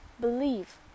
believe